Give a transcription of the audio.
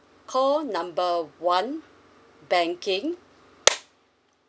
call number one banking